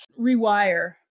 rewire